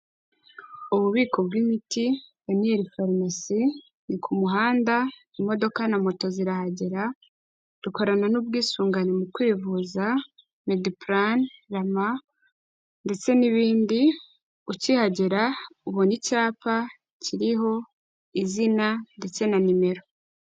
Ububiko bw'imiti peniel farumasi. Ni ku muhanda imodoka na moto zirahagera. Dukorana n'ubwisungane mu kwivuza mediprane, rama ndetse n'ibindi. Ukihagera ubona icyapa kiriho izina ndetse na nimero.